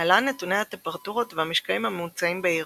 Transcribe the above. להלן נתוני הטמפרטורות והמשקעים הממוצעים בעיר